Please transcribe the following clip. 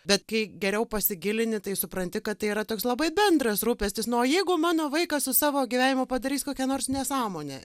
bet kai geriau pasigilini tai supranti kad tai yra toks labai bendras rūpestis na o jeigu mano vaikas su savo gyvenimu padarys kokią nors nesąmonę